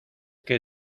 que